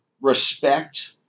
respect